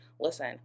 Listen